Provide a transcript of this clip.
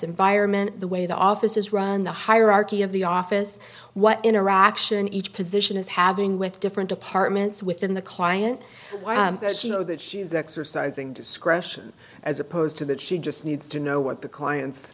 environment the way the office is run the hierarchy of the office what interaction each position is having with different departments within the client as you know that she is exercising discretion as opposed to that she just needs to know what the client